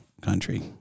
Country